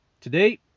Today